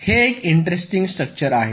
हे एक interesting structure आहे